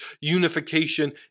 unification